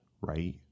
Right